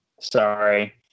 sorry